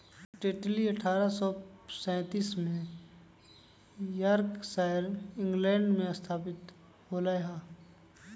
Tetley अठ्ठारह सौ सैंतीस में यॉर्कशायर, इंग्लैंड में स्थापित होलय हल